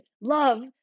love